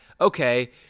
okay